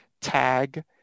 Tag